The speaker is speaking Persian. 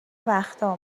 وقتها